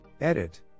Edit